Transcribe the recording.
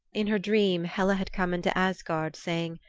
in her dream hela had come into asgard saying,